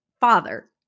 father